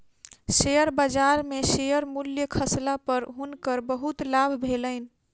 share बजार में share मूल्य खसला पर हुनकर बहुत लाभ भेलैन